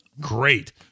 great